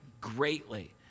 greatly